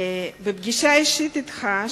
בפגישה אישית אתך,